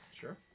Sure